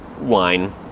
wine